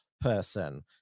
person